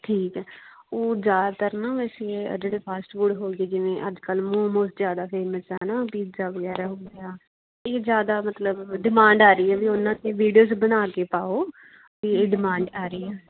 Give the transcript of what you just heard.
ਠੀਕ ਹੈ ਉਹ ਜ਼ਿਆਦਾਤਰ ਨਾ ਵੈਸੇ ਆਹ ਜਿਹੜੇ ਫਾਸਟ ਫੂਡ ਹੋਗੇ ਜਿਵੇਂ ਅੱਜ ਕੱਲ੍ਹ ਮੋਮੋਜ਼ ਜ਼ਿਆਦਾ ਫੇਮਸ ਆ ਨਾ ਪੀਜਾ ਵਗੈਰਾ ਹੋ ਗਿਆ ਇਹ ਜ਼ਿਆਦਾ ਮਤਲਬ ਡਿਮਾਂਡ ਆ ਰਹੀ ਹੈ ਵੀ ਉਹਨਾਂ 'ਤੇ ਵੀਡੀਓਜ਼ ਬਣਾ ਕੇ ਪਾਓ ਅਤੇ ਡਿਮਾਂਡ ਆ ਰਹੀ ਆ